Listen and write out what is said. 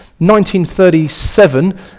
1937